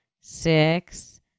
six